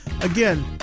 Again